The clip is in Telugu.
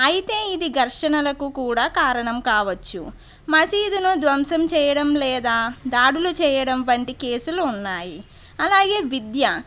అయితే ఇది ఘర్షణలకు కూడా కారణం కావచ్చు మసీదును ధ్వంసం చేయడం లేదా దాడులు చేయడం వంటి కేసులు ఉన్నాయి అలాగే విద్య